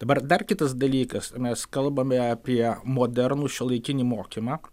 dabar dar kitas dalykas mes kalbame apie modernų šiuolaikinį mokymą